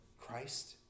Christ